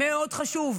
מאוד חשוב.